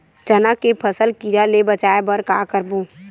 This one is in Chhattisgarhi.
चना के फसल कीरा ले बचाय बर का करबो?